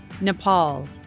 Nepal